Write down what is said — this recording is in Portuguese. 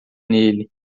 nele